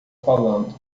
falando